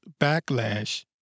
backlash